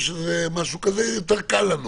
או שאצלם זה משהו יותר קל.